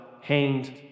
hanged